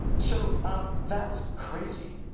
so um that's crazy.